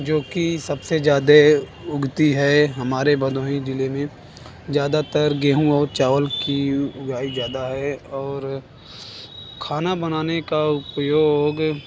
जो कि सब से ज़्यादा उगती है हमारे भदोही ज़िले में ज़्यादातर गेहूं और चावल की उगाई ज़्यादा है और खाना बनाने का उपयोग